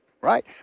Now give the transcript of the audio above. right